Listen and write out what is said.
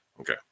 Okay